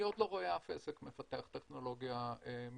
אני עוד לא רואה אף עסק שמפתח טכנולוגיה משלו.